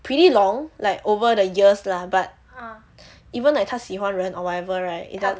pretty long like over the years lah but even like 他喜欢人 or whatever right